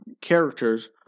characters